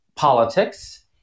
politics